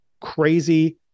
crazy